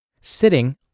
sitting